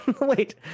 Wait